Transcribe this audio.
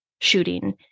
shooting